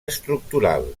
estructural